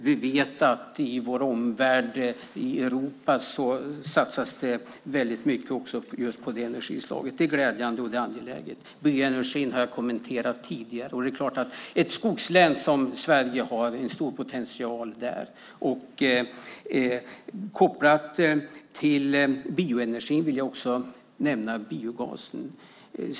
Vi vet att i vår omvärld i Europa satsat det mycket just på detta energislag. Det är glädjande och angeläget. Bioenergin har jag kommenterat tidigare. Ett skogsland som Sverige har så klart en stor potential där. Kopplat till bioenergin vill jag också nämna biogasen.